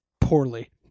poorly